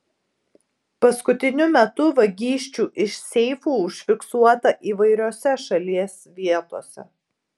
paskutiniu metu vagysčių iš seifų užfiksuota įvairiose šalies vietose